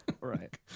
right